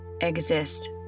exist